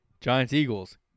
Giants-Eagles